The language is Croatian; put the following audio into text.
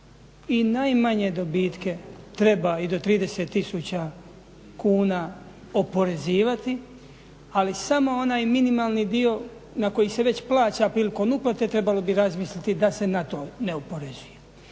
I najmanje dobitke treba i do 30 tisuća kuna oporezivati, ali samo onaj minimalni dio na koji se već plaća prilikom uplate trebali bi razmisliti da se ne to ne oporezuje.